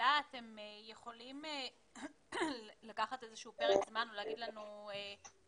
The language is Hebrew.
אתם יכולים לקחת איזשהו פרק זמן ולהגיד לנו מה